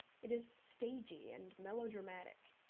it is stagey and melodramatic.